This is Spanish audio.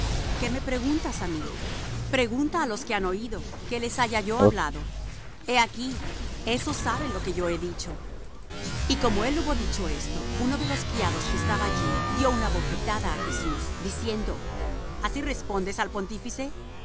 qué me preguntas á mí pregunta á los que han oído qué les haya yo hablado he aquí ésos saben lo que yo he dicho y como él hubo dicho esto uno de los criados que estaba allí dió una bofetada á jesús diciendo así respondes al pontífice